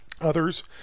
Others